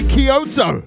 Kyoto